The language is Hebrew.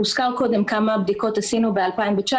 הוזכר קודם כמה בדיקות עשינו ב-2019,